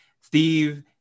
Steve